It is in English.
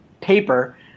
paper